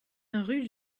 rue